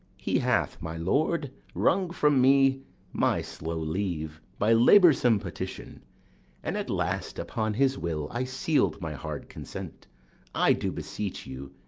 he hath, my lord, wrung from me my slow leave by laboursome petition and at last upon his will i seal'd my hard consent i do beseech you,